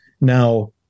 Now